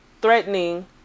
threatening